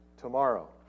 tomorrow